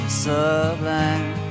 sublime